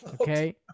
okay